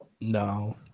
no